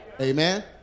Amen